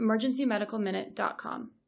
emergencymedicalminute.com